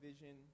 vision